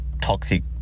toxic